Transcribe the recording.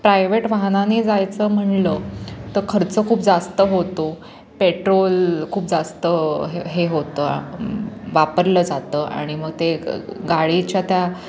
private वाहनाने जायचं म्हटलं तर खर्च खूप जास्त होतो पेट्रोल खूप जास्त हे होतं वापरलं जातं आणि मग ते गाडीच्या त्या